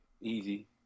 easy